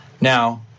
Now